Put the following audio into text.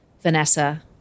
Vanessa